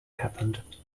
happened